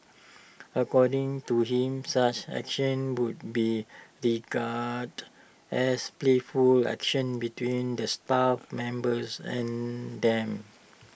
according to him such actions would be regarded as playful actions between the staff members and them